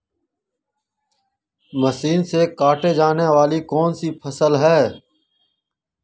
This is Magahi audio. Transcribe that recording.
मशीन से काटे जाने वाली कौन सी फसल है?